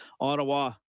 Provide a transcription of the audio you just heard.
Ottawa